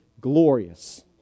glorious